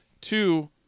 Two